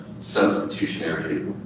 substitutionary